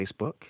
Facebook